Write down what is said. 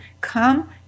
come